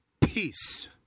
Peace